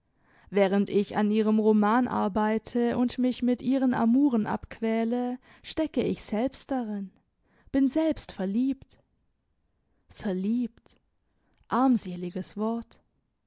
während ich an ihrem roman arbeite und mich mit ihren amouren abquäle stecke ich selbst darin bin selbst verliebt verliebt armseliges wort